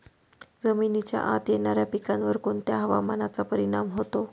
जमिनीच्या आत येणाऱ्या पिकांवर कोणत्या हवामानाचा परिणाम होतो?